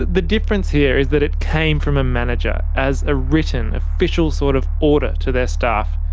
the difference here is that it came from a manager. as a written, official sort of order to their staff.